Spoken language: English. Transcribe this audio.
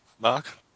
Mark